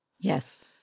Yes